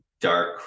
dark